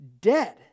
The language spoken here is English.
dead